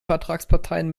vertragsparteien